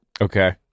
Okay